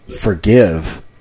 forgive